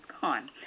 gone